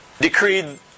decreed